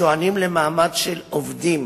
הטוענים למעמד של עובדים